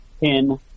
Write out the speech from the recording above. pin